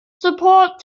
support